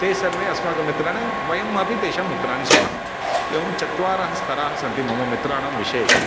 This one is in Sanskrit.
ते सर्वे अस्माकं मित्राणि वयमपि तेषां मित्राणि स्मः एवं चत्वारः स्तराः सन्ति मम मित्राणां विषये